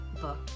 book